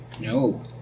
No